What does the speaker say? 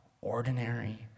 ordinary